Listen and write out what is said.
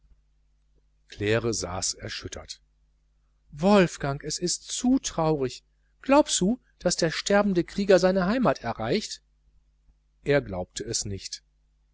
claire saß erschüttert wolfgang es ist zu traurig glaubsu daß der sterbende krieger seine heimat erreicht er glaubte es nicht